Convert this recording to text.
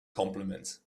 compliments